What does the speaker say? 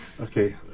Okay